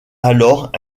alors